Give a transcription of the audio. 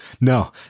No